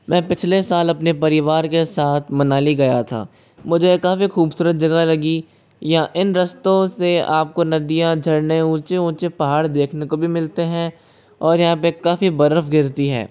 मैं पिछले साल अपने परिवार के साथ मनाली गया था मुझे ये काफ़ी खूबसूरत जगह लगी या इन रास्तों से आपको नदियाँ झरने ऊंचे ऊंचे पहाड़ देखने को भी मिलते हैं और यहाँ पे काफ़ी बर्फ़ गिरती है